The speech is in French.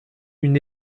une